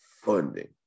funding